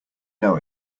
know